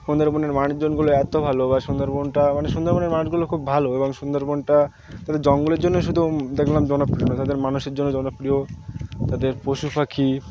সুন্দরবনের মানুষজনগুলো এত ভালো বা সুন্দরবনটা মানে সুন্দরবনের মানুষগুলো খুব ভালো এবং সুন্দরবনটা তাদের জঙ্গলের জন্য শুধু দেখলাম জনপ্রিয় না তাদের মানুষের জন্য জনপ্রিয় তাদের পশু পাখি